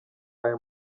aya